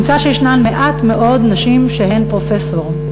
נמצא שישנן מעט מאוד נשים שהן פרופסור.